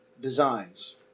designs